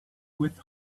with